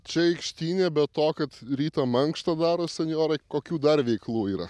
čia aikštyne be to kad ryto mankštą daro senjorai kokių dar veiklų yra